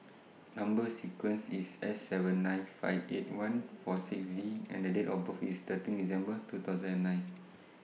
Number sequence IS S seven nine five eight one four six V and The Date of birth IS thirteen December two thousand and nine